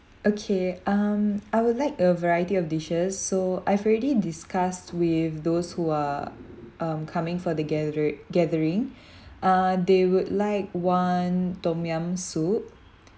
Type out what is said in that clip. okay um I would like a variety of dishes so I've already discussed with those who are um coming for the gathering gathering uh they would like one tom yum soup